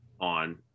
on